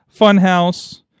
Funhouse